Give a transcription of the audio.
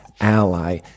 ally